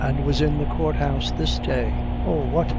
and was in the court-house this day. oh! what